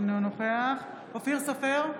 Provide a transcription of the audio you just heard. אינו נוכח אופיר סופר,